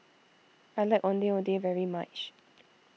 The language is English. I like Ondeh Ondeh very much